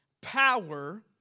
power